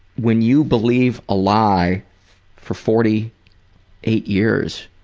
when you believe a lie for forty eight years